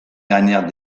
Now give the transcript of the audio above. dernières